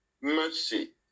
Mercy